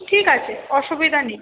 ঠিক আছে অসুবিধা নেই